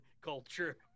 culture